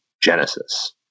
genesis